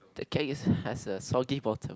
the cake has a sulky bottom